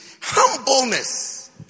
humbleness